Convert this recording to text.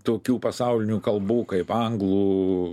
tokių pasaulinių kalbų kaip anglų